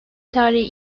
tarihi